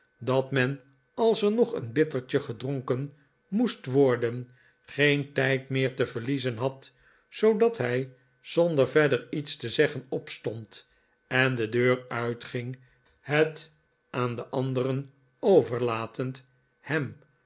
dat men als er nog een bittertje gedronken moest worden geen tijd meer te verliezen had zoodat hij zonder verder iets te zeggen opstond en de deur uitging het aan de anderen overlatend hem